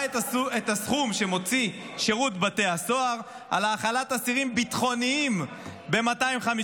את הסכום שמוציא שירות בתי הסוהר על האכלת אסירים ביטחוניים ב-250%.